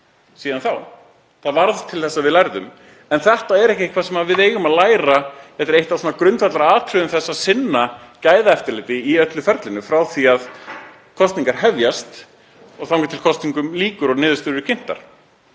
síðan þá. Þetta varð til þess að við lærðum en þetta er ekki eitthvað sem við eigum að læra, þetta er eitt af grundvallaratriðum þess að sinna gæðaeftirliti í öllu ferlinu, frá því að kosningar hefjast og þangað til kosningum lýkur og niðurstöður eru kynntar.